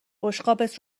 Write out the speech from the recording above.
بشقابت